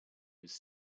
was